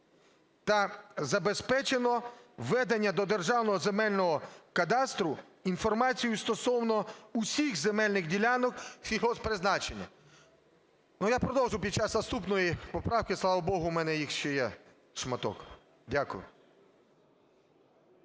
та забезпечено введення до Державного земельного кадастру інформації стосовно усіх земельних ділянок сільгосппризначення". Ну, я продовжу під час наступної поправки. Слава Богу, у мене їх ще є шматок. Дякую.